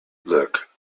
look